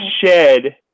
shed